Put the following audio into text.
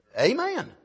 Amen